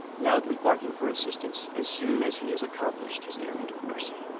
loudly barking for assistance as soon as he has accomplished his errand of mercy.